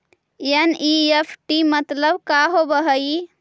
NEFT मतलब का होब हई?